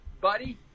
buddy